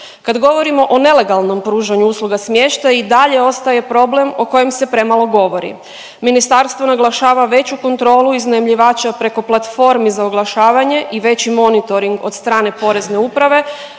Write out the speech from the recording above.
Kad govorimo o nelegalnom pružanju usluga smještaja i dalje ostaje problem o kojem se premalo govori. Ministarstvo naglašava veću kontrolu iznajmljivača preko platformi za oglašavanje i veći monitoring od strane Porezne uprave,